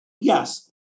Yes